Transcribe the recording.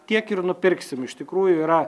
tiek ir nupirksim iš tikrųjų yra